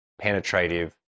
penetrative